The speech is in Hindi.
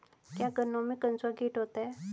क्या गन्नों में कंसुआ कीट होता है?